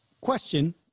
question